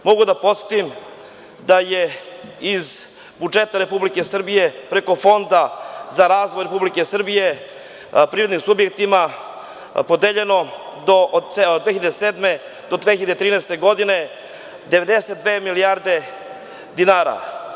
Mogu da podsetim da je iz budžeta Republike Srbije preko Fonda za razvoj Republike Srbije privrednim subjektima podeljeno od 2007. do 2013. godine 92 milijarde dinara.